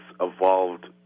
evolved